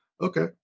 Okay